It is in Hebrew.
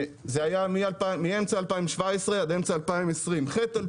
זה היה מאמצע 2017 ועד אמצע 2020. חטא על